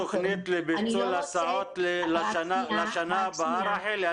כאלה -- יש תוכנית לביטול הסעות לשנה הבאה רחלי?